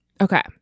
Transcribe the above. Okay